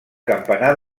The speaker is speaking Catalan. campanar